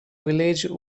village